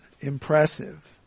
impressive